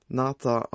nata